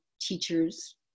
teachers